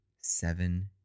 seven